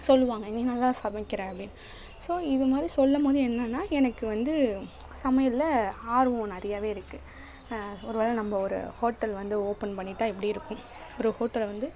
சொல்லுவாங்க நீ நல்லா சமைக்கிற அப்பிடின்னு ஸோ இதமாரி சொல்லும்போது என்னென்னால் எனக்கு வந்து சமையலில் ஆர்வம் நிறையாவே இருக்குது ஒரு வேளை நம்ம ஒரு ஹோட்டல் வந்து ஓப்பன் பண்ணிட்டால் எப்படி இருக்கும் ஒரு ஹோட்டலை வந்து